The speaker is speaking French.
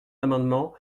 l’amendement